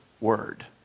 word